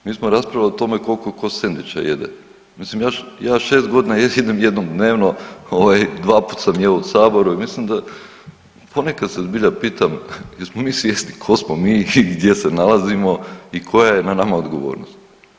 Mi smo raspravljali o tome koliko ko sendviča jede, mislim ja, ja 6.g. jedem jednom dnevno, ovaj dvaput sam jeo u saboru i mislim da, ponekad se zbilja pitam jesmo mi svjesni ko smo mi i gdje se nalazimo i koja je na nama odgovornost.